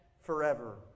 forever